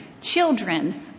children